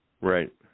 Right